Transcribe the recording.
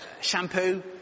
shampoo